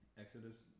Exodus